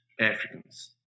Africans